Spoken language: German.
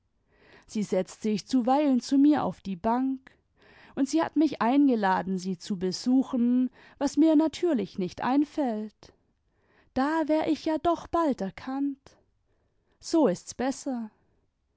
sie setzt sich zuweilen zu mir auf die bank und sie hat mich eingeladen sie zu besuchen was mir natürlich nicht einfällt da war ich ja doch bald erkannt so ist's besser